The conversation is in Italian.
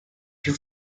più